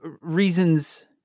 reasons